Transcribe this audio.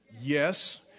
yes